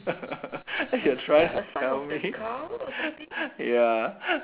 you're trying to tell me ya